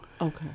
Okay